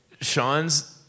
Sean's